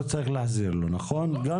לא צריך להחזיר לו.